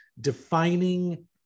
defining